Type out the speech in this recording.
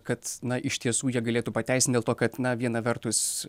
kad na iš tiesų jie galėtų pateisint dėl to kad na viena vertus